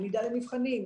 למידה למבחנים,